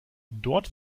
dort